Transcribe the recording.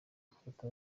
gufata